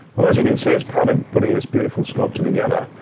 well as you can see, as part of putting this beautiful sculpture together,